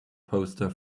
poster